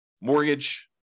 mortgage